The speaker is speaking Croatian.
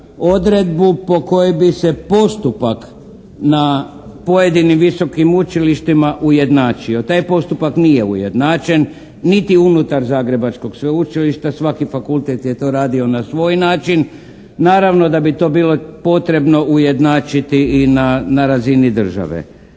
odredbu po kojoj bi se postupak na pojedinim visokom učilištima ujednačio. Taj postupak nije ujednačen niti unutar Zagrebačkog sveučilišta. Svaki fakultet je to radio na svoj način. Naravno da bi to bilo potrebno ujednačiti i na razini države.